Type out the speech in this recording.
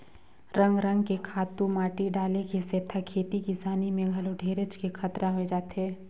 रंग रंग के खातू माटी डाले के सेथा खेती किसानी में घलो ढेरेच के खतरा होय जाथे